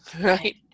right